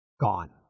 gone